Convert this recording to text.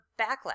backlash